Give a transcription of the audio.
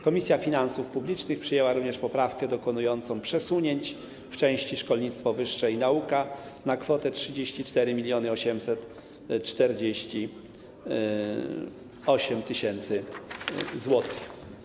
Komisja Finansów Publicznych przyjęła też poprawkę dokonującą przesunięć w części: Szkolnictwo wyższe i nauka na kwotę 34 848 tys. zł.